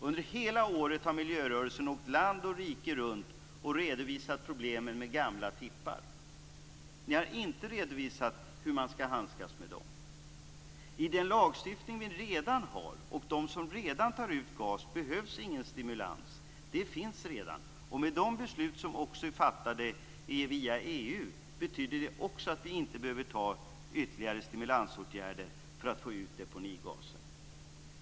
Under hela året har miljörörelsen åkt land och rike runt och redovisat problemen med gamla tippar. Ni har inte redovisat hur man skall handskas med dem. I den lagstiftning som redan finns och för dem som redan tar ut gas behövs ingen stimulans. Den finns redan. Med de beslut som är fattade via EU betyder det också att vi inte behöver anta ytterligare stimulansåtgärder för uttag av deponigas.